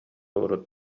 урут